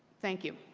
thank you.